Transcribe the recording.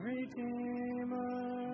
Redeemer